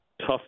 tough